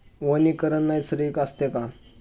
वनीकरण नैसर्गिक असते का?